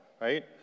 right